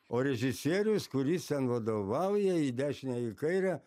o režisierius kuris ten vadovauja į dešinę į kairę